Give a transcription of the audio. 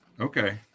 okay